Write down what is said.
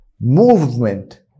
movement